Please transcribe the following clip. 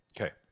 Okay